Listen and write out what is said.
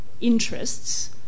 interests